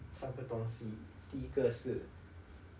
三个东西第一个是